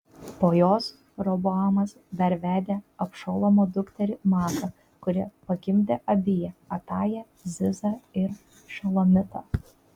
po jos roboamas dar vedė abšalomo dukterį maaką kuri pagimdė abiją atają zizą ir šelomitą